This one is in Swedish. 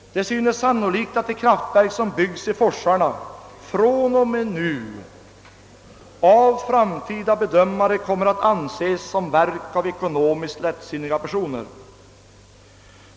Det synes sannolikt att de kraftverk som byggs i forsarna fr.o.m. nu av framtida bedömare kommer att anses som resultatet av ekonomiskt lättsinniga personers beslut.